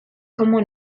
como